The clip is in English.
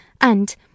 and